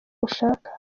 ushaka